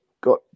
got